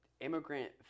Immigrant